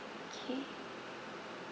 okay